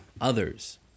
others